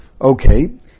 Okay